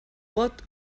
vot